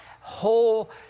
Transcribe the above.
whole